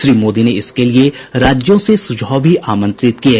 श्री मोदी ने इसके लिये राज्यों से सुझाव भी आमंत्रित किये